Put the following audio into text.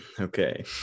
okay